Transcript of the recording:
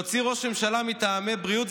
להוציא ראש ממשלה שלא מטעמי בריאות,